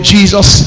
Jesus